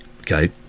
okay